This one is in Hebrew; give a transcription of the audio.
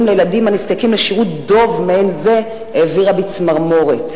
לילדים הנזקקים לשירות דוב מעין זה העביר בי צמרמורת.